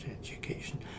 education